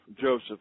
Joseph